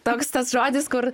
toks tas žodis kur